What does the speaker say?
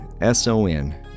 S-O-N